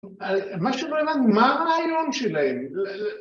מה שלא הבנו, מה הרעיון שלהם?